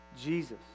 Jesus